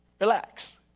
Relax